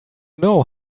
know